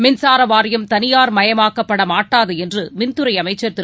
மின்சார வாரியம் தனியார் மயமாக்கப்பட மாட்டாது என்று மின்துறை அமைச்சர் திரு